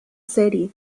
serie